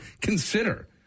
consider